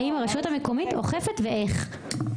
האם הרשות המקומית אוכפת ואיך?